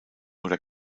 oder